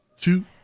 two